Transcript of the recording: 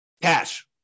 Cash